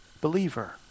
believer